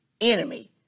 enemy